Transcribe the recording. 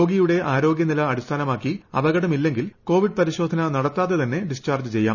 രോഗിയുടെ ആരോഗൃനില അടിസ്ഥാനമാക്കി അപകടമില്ലെങ്കിൽ കോവിഡ് പരിശോധന നടത്താതെ തന്നെ ഡിസ്ചാർജ് ചെയ്യാം